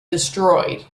destroyed